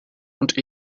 und